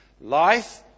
Life